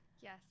Yes